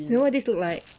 you know what this look like